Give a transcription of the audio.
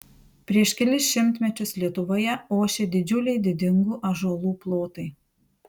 prieš kelis šimtmečius lietuvoje ošė didžiuliai didingų ąžuolų plotai